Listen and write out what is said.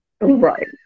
Right